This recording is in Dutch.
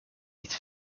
niet